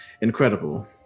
incredible